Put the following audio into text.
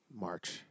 March